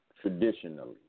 traditionally